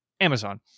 Amazon